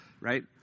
Right